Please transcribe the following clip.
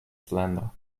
slander